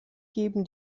geben